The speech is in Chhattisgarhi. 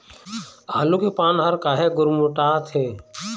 आलू के पान हर काहे गुरमुटाथे?